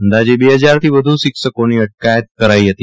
અદાજે બે હજારથી વધુ શિક્ષકોનો અટકાયત કરાઈ હતી